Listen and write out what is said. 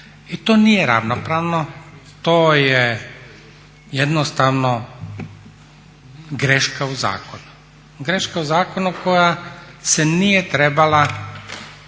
I to nije ravnopravno, to je jednostavno greška u zakonu. Greška u zakonu koja se nije trebala